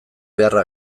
beharra